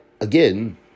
again